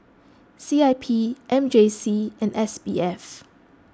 C I P M J C and S B F